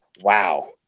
wow